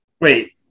Wait